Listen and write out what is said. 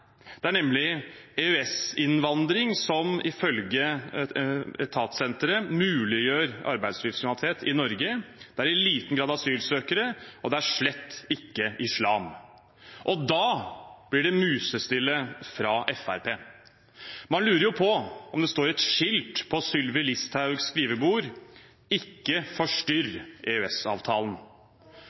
det er nemlig EØS-innvandring som ifølge senteret muliggjør arbeidslivskriminalitet i Norge. Det er i liten grad asylsøkere, og det er slett ikke islam. Og da blir det musestille fra Fremskrittspartiet. Man lurer jo på om det står et skilt på Sylvi Listhaugs skrivebord: